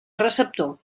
receptor